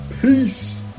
Peace